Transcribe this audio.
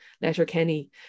Letterkenny